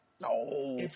No